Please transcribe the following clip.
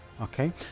Okay